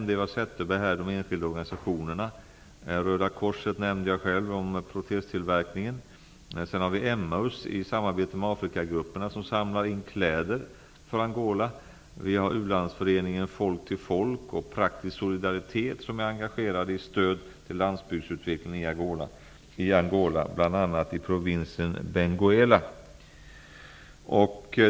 Eva Zetterberg nämnde de enskilda organisationerna: Röda korset och protestillverkningen nämnde jag själv, Emaus som i samarbete med Afrikagrupperna samlar in kläder för Angola, U-landshjälpen Folk till Folk och Praktisk solidaritet som är engagerade i stöd till landsbygdsutvecklingen i Angola, bl.a. i provinsen Benguela.